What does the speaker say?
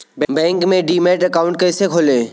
Bank में demat account कैसे खोलें?